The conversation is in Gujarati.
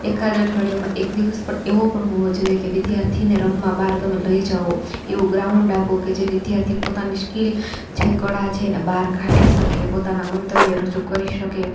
એકાદ અઠવાડિયામાં એક દિવસ પણ એવો પણ હોવો જોઈએ કે વિદ્યાર્થીને રમવા બહાર તમે લઈ જાઓ એવું ગ્રાઉન્ડ આપો કે જે વિદ્યાર્થી પોતાની સ્કિલ જે કળા છે એને બહાર કાઢી શકે પોતાનાં મંતવ્યો રજૂ કરી શકે